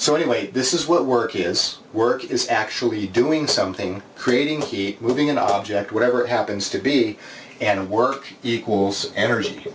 so anyway this is what work is work it's actually doing something creating the heat moving an object whatever it happens to be and work equals energy